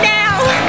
now